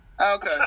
Okay